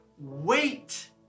Wait